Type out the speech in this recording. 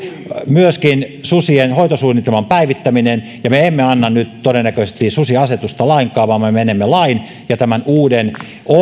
susien hoitosuunnitelman päivittäminen todennäköisesti me emme anna nyt susiasetusta lainkaan vaan me menemme lain ja tämän uuden